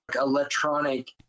electronic